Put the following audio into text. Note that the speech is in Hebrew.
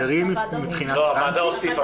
לא, הוועדה הוסיפה.